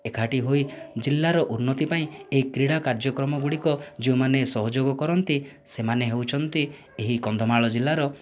ଏକାଠି ହୋଇ ଜିଲ୍ଲାର ଉନ୍ନତି ପାଇଁ ଏହି କ୍ରୀଡ଼ା କାର୍ଯ୍ୟକ୍ରମ ଗୁଡ଼ିକ ଯେଉଁମାନେ ସହଯୋଗ କରନ୍ତି ସେମାନେ ହେଉଛନ୍ତି ଏହି କନ୍ଧମାଳ ଜିଲ୍ଲାର